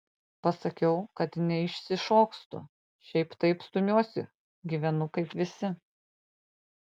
pasakiau kad neišsišokstu šiaip taip stumiuosi gyvenu kaip visi